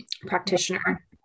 practitioner